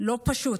לא פשוט.